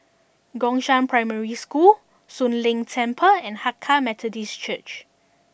Gongshang Primary School Soon Leng Temple and Hakka Methodist Church